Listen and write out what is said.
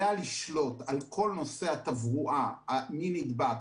לשלוט על כל נושא התברואה: מי נדבק?